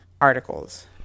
articles